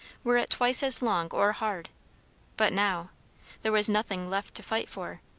were it twice as long or hard but now there was nothing left to fight for.